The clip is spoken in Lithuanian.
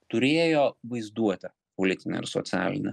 turėjo vaizduotę politinę ir socialinę